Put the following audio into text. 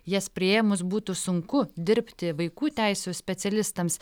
jas priėmus būtų sunku dirbti vaikų teisių specialistams